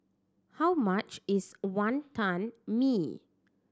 how much is Wantan Mee